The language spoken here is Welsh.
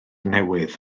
newydd